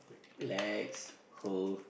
relax oh